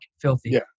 filthy